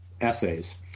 essays